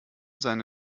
seine